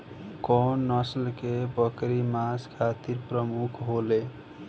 कउन नस्ल के बकरी मांस खातिर प्रमुख होले?